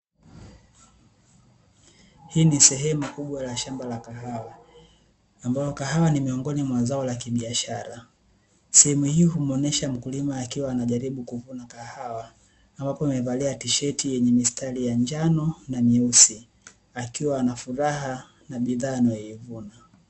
Hii ni sehemu kubwa la shamba la kahawa, ambalo kahawa ni miongoni mwa zao la kibiashara. Sehemu hii humuonesha mkulima akiwa anajaribu kuvuna kahawa, ambapo amevalia tisheti yenye mistari ya njano na myeusi, akiwa ana furaha na bidhaa anayoivuna.